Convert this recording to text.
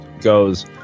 goes